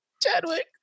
Chadwick